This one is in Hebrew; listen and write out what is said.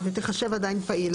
ותיחשב עדיין פעיל.